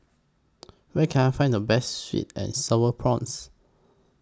Where Can I Find The Best Sweet and Sour Prawns